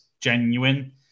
genuine